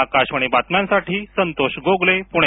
आकाशवाणी बातम्यांसाठी संतोष गोगले पुणे